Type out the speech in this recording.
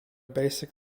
basic